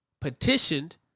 petitioned